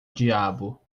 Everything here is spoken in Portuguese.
diabo